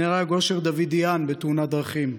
נהרג אושר דוידיאן בתאונת דרכים.